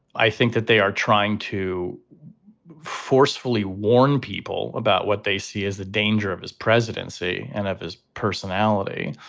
i think that they are trying to forcefully warn people about what they see as the danger of his presidency and of his personality.